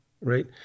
right